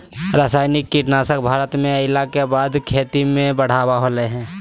रासायनिक कीटनासक भारत में अइला के बाद से खेती में बढ़ावा होलय हें